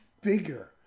bigger